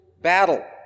battle